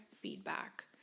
feedback